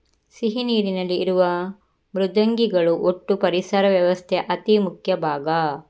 ಸಿಹಿ ನೀರಿನಲ್ಲಿ ಇರುವ ಮೃದ್ವಂಗಿಗಳು ಒಟ್ಟೂ ಪರಿಸರ ವ್ಯವಸ್ಥೆಯ ಅತಿ ಮುಖ್ಯ ಭಾಗ